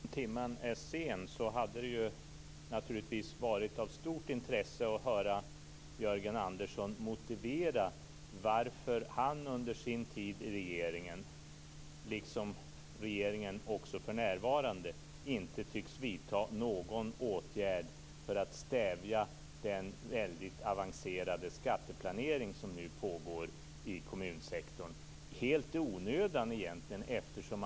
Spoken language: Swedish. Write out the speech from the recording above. Fru talman! Även om timmen är sen hade det naturligtvis varit av stort intresse att höra Jörgen Andersson motivera varför han under sin tid i regeringen inte vidtog någon åtgärd för att stävja den väldigt avancerade skatteplanering som nu pågår i kommunsektorn, egentligen helt i onödan. Det gör inte heller regeringen för närvarande.